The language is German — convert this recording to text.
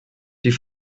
die